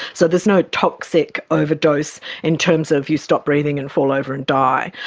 so there's no toxic overdose in terms of you stop breathing and fall over and die.